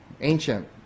ancient